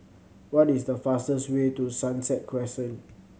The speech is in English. what is the fastest way to Sunset Crescent